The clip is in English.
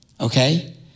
Okay